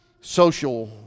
social